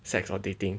sex or dating